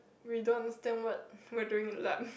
we don't understand what we are doing in lab